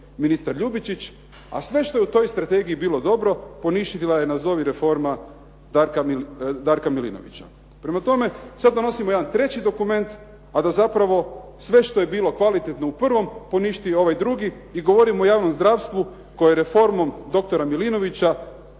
ministar Ljubičić, a sve što je u toj strategiji bilo dobro poništila je nazovi reforma Darka Milinovića. Prema tome, sad donosimo jedan treći dokument, a da zapravo sve što je bilo kvalitetno u prvom poništi ovaj drugi i govorim o javnom zdravstvu koje je reformom doktora Milinovića